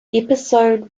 episode